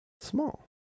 small